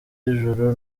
y’ijuru